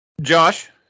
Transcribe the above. Josh